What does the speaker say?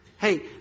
Hey